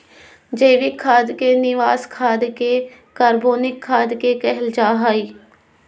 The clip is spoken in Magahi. जैविक खाद के जीवांश खाद या कार्बनिक खाद भी कहल जा हइ